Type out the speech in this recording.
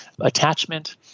attachment